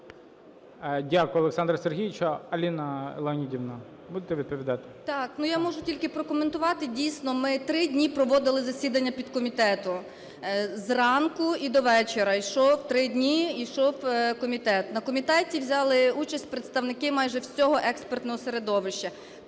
Дякую, Олександре Сергійовичу. Аліна Леонідівна, будете відповідати? 17:27:00 ЗАГОРУЙКО А.Л. Так. Ну, я можу тільки прокоментувати. Дійсно, ми три дні проводили засідання підкомітету. З ранку і до вечора, йшов три дні, йшов комітет. На комітеті взяли участь представники майже всього експертного середовища.